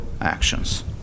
actions